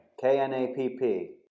K-N-A-P-P